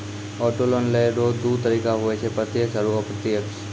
auto loan लेय रो दू तरीका हुवै छै प्रत्यक्ष आरू अप्रत्यक्ष